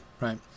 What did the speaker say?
right